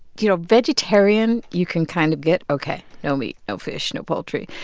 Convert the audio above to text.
you know, vegetarian you can kind of get ok, no meat, no fish, no poultry.